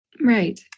Right